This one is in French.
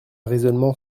raisonnement